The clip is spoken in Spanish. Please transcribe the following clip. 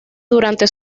durante